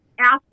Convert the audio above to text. ask